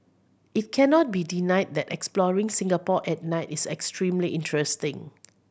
it cannot be denied that exploring Singapore at night is extremely interesting